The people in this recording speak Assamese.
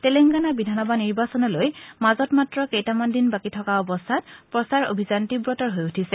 তেলেংগানা বিধানসভা নিৰ্বাচনলৈ মাজত মাত্ৰ কেইটামান দিন বাকী থকা অৱস্থাত প্ৰচাৰ অভিযান তীৱতৰ হৈ উঠিছে